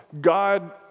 God